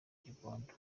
gikondo